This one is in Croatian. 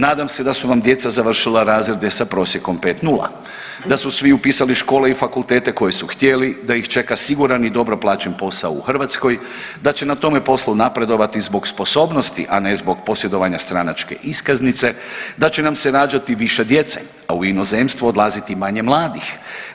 Nadam se da su vam djeca završila razrede sa prosjekom 5,0, da su svi upisali škole i fakultete koje su htjeli, da ih čeka siguran i dobro plaćen posao u Hrvatskoj, da će na tome poslu napredovati zbog sposobnosti, a ne zbog posjedovanja stranačke iskaznice, da će nam se rađati više djece, a u inozemstvo odlaziti manje mladih.